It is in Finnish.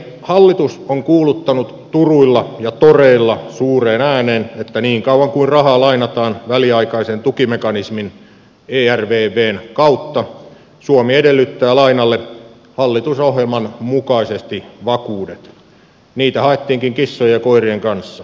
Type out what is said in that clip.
hallitus on kuuluttanut turuilla toreilla suureen ääneen niin kauan kun rahaa lainataan väliaikaisen tukimekanismin ei arvioiden kautta suomi edellyttää lainalle hallitusohjelman mukaisesti vakuudet niitä haettiinkin kissojen koirien kanssa